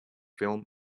film